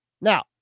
Now